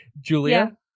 Julia